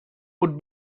would